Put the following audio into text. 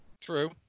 True